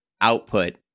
output